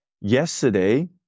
yesterday